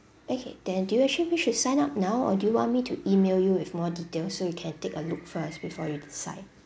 okay then do you actually wish to sign up now or do you want me to email you with more detail so you can take a look first before you decide